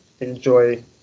enjoy